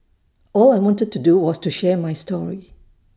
all I wanted to do was to share my story